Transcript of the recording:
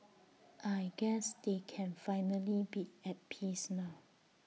I guess they can finally be at peace now